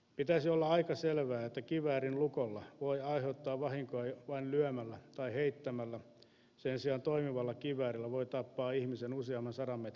pitäisi olla aika selvää että kiväärin lukolla voi aiheuttaa vahinkoa vain lyömällä tai heittämällä sen sijaan toimivalla kiväärillä voi tappaa ihmisen useamman sadan metrin päästä